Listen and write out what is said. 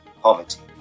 poverty